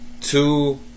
two